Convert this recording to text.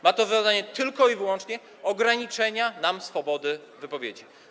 Ma to za zadanie tylko i wyłącznie ograniczenie nam swobody wypowiedzi.